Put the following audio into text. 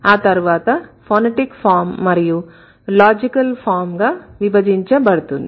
ఆ తరువాత phonetic form మరియు లాజికల్ ఫామ్ గా విభజించబడుతుంది